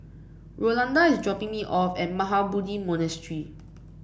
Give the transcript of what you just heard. Rolanda is dropping me off at Mahabodhi Monastery